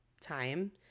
time